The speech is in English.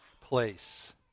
place